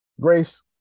Grace